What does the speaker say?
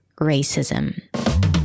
racism